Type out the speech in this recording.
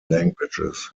languages